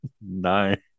Nine